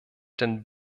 den